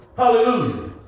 Hallelujah